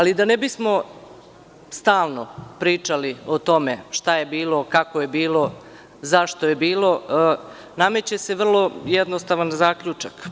Da ne bismo stalno pričali o tome šta je bilo, kako je bilo, zašto je bilo, nameće se vrlo jednostavan zaključak.